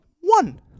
one